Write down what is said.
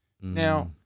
Now